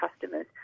customers